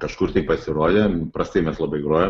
kažkur tai pasirodėm prastai mes labai grojom